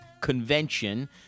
convention